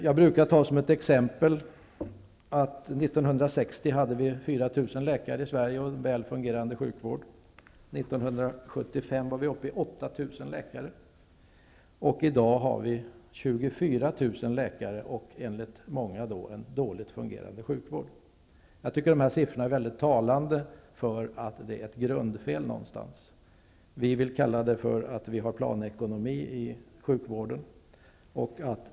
Jag brukar ta som ett exempel att vi 1960 hade 4 000 läkare i Sverige och en väl fungerande sjukvård. 1975 var vi uppe i 8 000 läkare. I dag har vi 24 000 läkare och enligt många en dåligt fungerande sjukvård. Jag tycker att dessa siffror är mycket talande. Det finns ett grundfel någonstans. Vi vill kalla det för att vi har planekonomi i sjukvården.